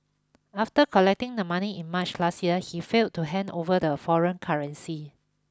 after collecting the money in March last year he failed to hand over the foreign currency